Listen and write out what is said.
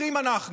אחים אנחנו.